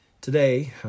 Today